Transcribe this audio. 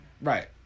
Right